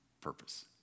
purpose